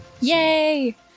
Yay